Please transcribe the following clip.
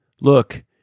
Look